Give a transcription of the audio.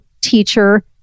teacher